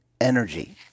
energy